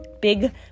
big